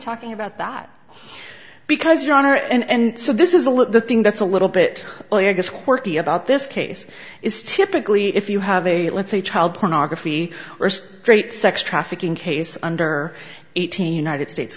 talking about that because your honor and so this is a look the thing that's a little bit quirky about this case is typically if you have a let's say child pornography st great sex trafficking case under eighteen united states